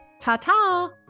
ta-ta